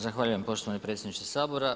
Zahvaljujem poštovani predsjedniče Sabora.